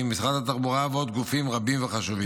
משרד התחבורה ועוד גופים רבים וחשובים.